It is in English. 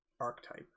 archetype